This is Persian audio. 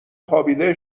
خوابیده